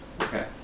Okay